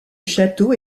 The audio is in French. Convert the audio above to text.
château